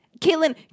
caitlin